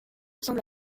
semble